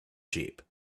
sheep